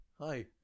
Hi